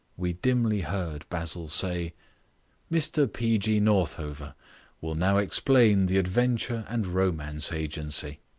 we dimly heard basil say mr p. g. northover will now explain the adventure and romance agency.